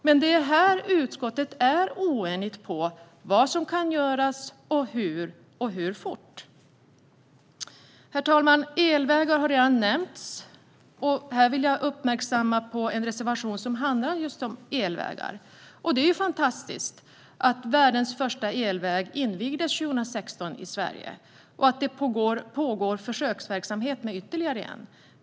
Men här är utskottet oenigt om vad som kan göras, hur det kan göras och hur fort det kan göras. Herr talman! Elvägar har redan nämnts, och jag vill uppmärksamma en reservation som handlar just om elvägar. Det är ju fantastiskt att världens första elväg invigdes i Sverige 2016 och att försöksverksamhet pågår med ytterligare en.